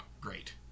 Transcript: great